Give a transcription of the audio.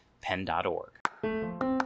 pen.org